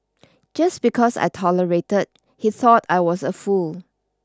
just because I tolerated he thought I was a fool